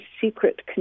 secret